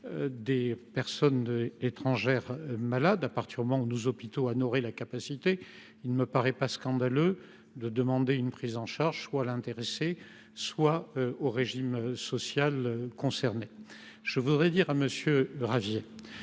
de soigner des étrangers malades à partir du moment où nos hôpitaux en auraient la capacité. Il ne me paraît pas scandaleux de demander une prise en charge, soit à l’intéressé directement, soit au régime social concerné. Je tiens à vous dire, monsieur Ravier,